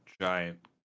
giant